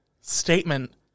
statement